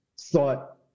thought